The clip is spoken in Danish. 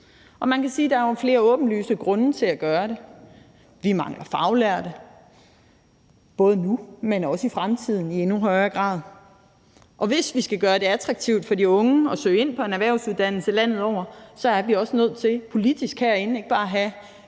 Man kan sige, at der jo er flere åbenlyse grunde til at gøre det: Vi mangler faglærte både nu, men også og i endnu højere grad i fremtiden. Og hvis vi skal gøre det attraktivt for de unge at søge ind på en erhvervsuddannelse landet over, er vi nødt til politisk herinde ikke bare at have